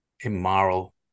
immoral